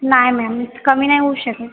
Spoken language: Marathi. नाय मॅम कमी नाही होऊ शकत